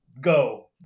go